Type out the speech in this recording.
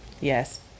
Yes